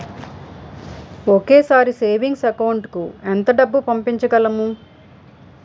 ఒకేసారి savings account కి ఎంత డబ్బు పంపించగలము?